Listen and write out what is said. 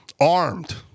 Armed